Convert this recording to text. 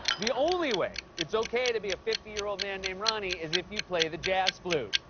the only way it's okay to be a fifty year old man named ronny is if you play the jazz flute.